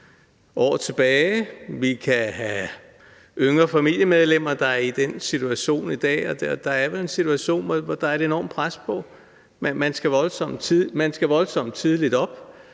år tilbage. Vi kan have yngre familiemedlemmer, der er i den situation i dag. Der er vel en situation, hvor der er et enormt pres på. Man skal voldsomt tidligt op